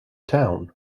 town